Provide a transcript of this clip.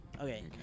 Okay